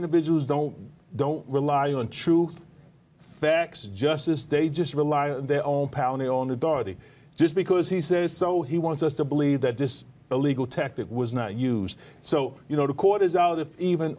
individuals don't don't rely on true facts justice they just rely on their own pounding on darby just because he says so he wants us to believe that this illegal tactic was not used so you know the court is out if even